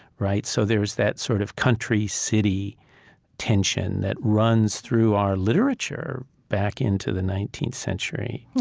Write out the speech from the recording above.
right? so there's that sort of country city tension that runs through our literature back into the nineteenth century.